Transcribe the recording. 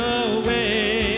away